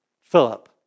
Philip